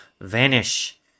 vanish